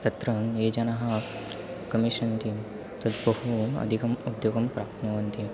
तत्र ये जनाः गमिष्यन्ति तद् बहु अधिकम् उद्योगं प्राप्नुवन्ति